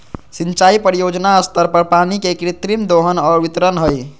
सिंचाई परियोजना स्तर पर पानी के कृत्रिम दोहन और वितरण हइ